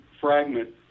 fragment